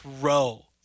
row